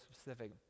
specific